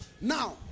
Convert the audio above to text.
Now